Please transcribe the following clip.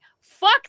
fuck